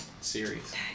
series